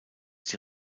die